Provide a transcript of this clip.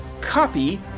copy